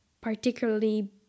particularly